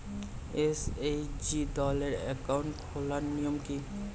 SHG দলের account খোলার নিয়ম কী?